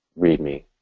README